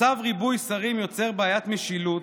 מצב ריבוי שרים יוצר בעיית משילות